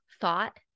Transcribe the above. thought